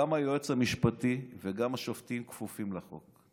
גם היועץ המשפטי וגם השופטים כפופים לחוק.